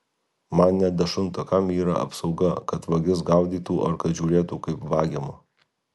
man nedašunta kam yra apsauga kad vagis gaudytų ar kad žiūrėtų kaip vagiama